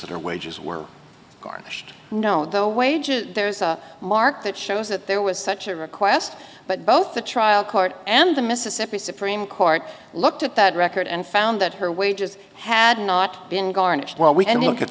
that her wages were garnished no though wages there is a mark that shows that there was such a request but both the trial court and the mississippi supreme court looked at that record and found that her wages had not been garnished while we can look at